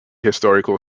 historical